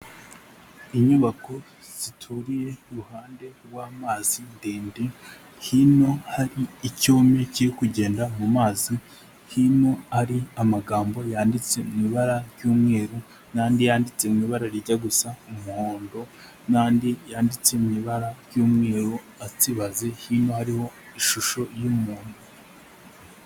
Inyubako zituriye iruhande rw'amazi ndende, hino hari icyome kiri kugenda mu mazi, hino ari amagambo yanditse mu ibara ry'umweru, n'andi yanditse mu ibara rijya gusa umuhondo, n'andi yanditse mu ibara ry'umweru atsibaze, hino hariho ishusho y'umuntu.